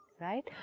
Right